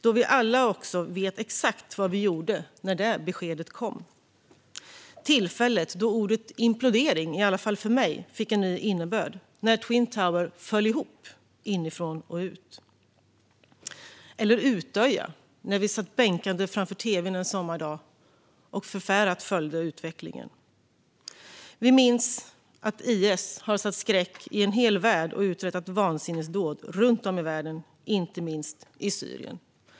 Vi vet alla exakt vad vi gjorde när det beskedet kom. Det var tillfället då ordet implodering i alla fall för mig fick en ny innebörd, när Twin Towers föll ihop inifrån och ut. Eller Utøya, när vi satt bänkade framför tv:n en sommardag och förfärat följde utvecklingen. Vi minns att IS har satt skräck i en hel värld och uträttat vansinnesdåd runt om i världen, inte minst i Syrien.